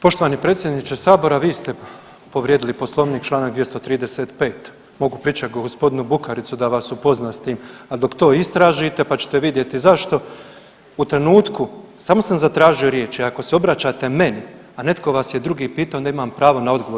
Poštovani predsjedniče sabora vi ste povrijedili Poslovnik Članak 235., mogu pričekati gospodina Bukaricu da vas upozna s tim, a dok to istražite pa ćete vidjeti zašto, u trenutku samo sam zatražio riječi i ako se obraćate meni, a netko vas je drugi pitao onda imam pravo na odgovor.